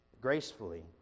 gracefully